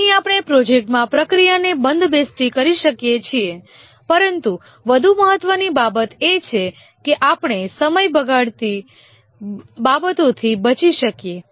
અહીં આપણે પ્રોજેક્ટમાં પ્રક્રિયાને બંધબેસતી કરી શકીએ છીએ પરંતુ વધુ મહત્ત્વની બાબત એ છે કે આપણે સમય બગાડતી બાબતોથી બચી શકીએ